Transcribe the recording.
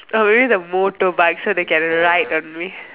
uh maybe the motorbike so they can ride on me